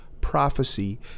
prophecy